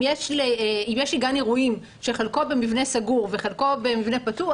אם יש לי גן אירועים שחלקו במבנה סגור וחלקו במבנה פתוח,